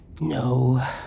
No